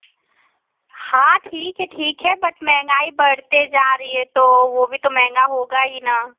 हाँ ठीक है ठीक है बट महंगाई बढ़ती जा रही है तो वह भी तो महंगा होगा ही ना